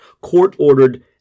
court-ordered